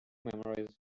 memorize